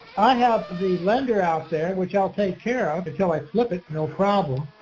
i have the lender out there, which i'll take care of until i flip it no problem.